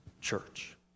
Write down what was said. church